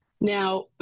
Now